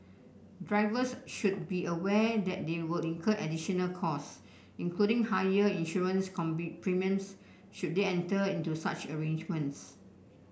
drivers should be aware that they will incur additional cost including higher insurance premiums should they enter into such arrangements